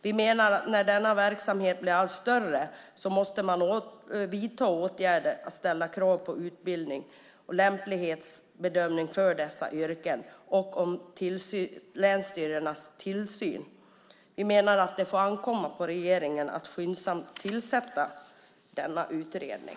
Vi menar att när denna verksamhet blir allt större måste man vidta åtgärder och ställa krav på utbildning och lämplighetsbedömning för dessa yrken och på länsstyrelsernas tillsyn. Vi menar att det ankommer på regeringen att skyndsamt tillsätta denna utredning.